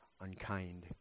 unkind